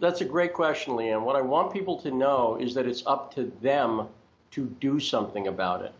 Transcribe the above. that's a great question lee and what i want people to know is that it's up to them to do something about it